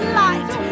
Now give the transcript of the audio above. light